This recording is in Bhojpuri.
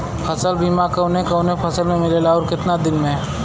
फ़सल बीमा कवने कवने फसल में मिलेला अउर कितना दिन में?